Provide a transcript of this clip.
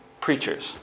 preachers